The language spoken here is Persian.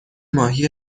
ماهی